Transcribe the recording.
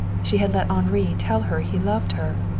she had let henri tell her he loved her.